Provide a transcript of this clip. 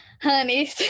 honey